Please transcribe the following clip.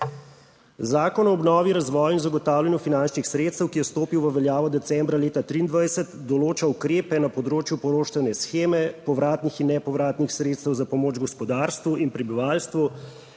Zakon o obnovi, razvoju in zagotavljanju finančnih sredstev, ki je stopil v veljavo decembra leta 2023, določa ukrepe na področju poroštvene sheme, povratnih in nepovratnih sredstev za pomoč gospodarstvu in prebivalstvu,